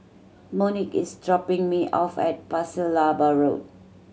Monique is dropping me off at Pasir Laba Road